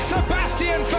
Sebastian